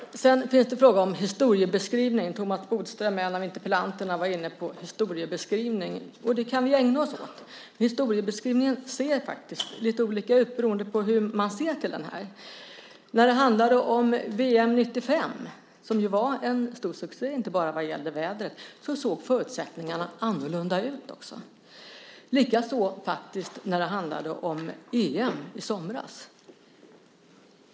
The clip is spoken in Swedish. Peter frågade om historiebeskrivning. Thomas Bodström, en av interpellanterna, var inne på historiebeskrivning. Det kan vi ägna oss åt. Historiebeskrivningen ser faktiskt lite olika ut beroende på hur man ser på detta. När det handlade om VM 1995 som ju var en stor succé, inte bara när det gällde vädret, såg förutsättningarna annorlunda ut. Det gällde även för EM i somras.